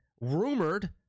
rumored